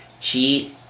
cheat